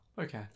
okay